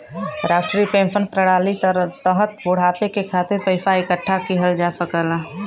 राष्ट्रीय पेंशन प्रणाली के तहत बुढ़ापे के खातिर पइसा इकठ्ठा किहल जा सकला